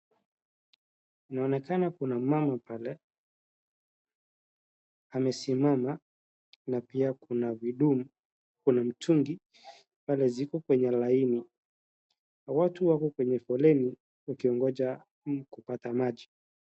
Inaonekana kuna mama pale, amesimama na pia kuna mitungi pale ziko kwenye laini. Watu wako kwenye foleni wakigoja kupata maji.